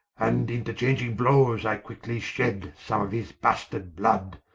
and interchanging blowes, i quickly shed some of his bastard blood,